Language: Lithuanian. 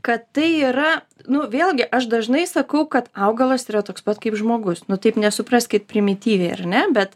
kad tai yra nu vėlgi aš dažnai sakau kad augalas yra toks pat kaip žmogus nu taip nesupraskit primityviai ar ne bet